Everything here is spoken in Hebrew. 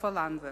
סופה לנדבר.